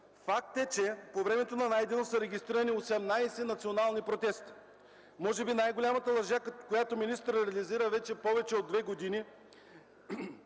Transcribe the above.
Факт е, че по времето на Найденов са регистрирани 18 национални протеста! Може би най-голямата лъжа, която министърът реализира вече повече от две години,